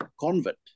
convent